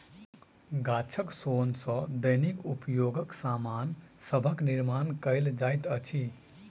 गाछक सोन सॅ दैनिक उपयोगक सामान सभक निर्माण कयल जाइत अछि